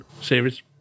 series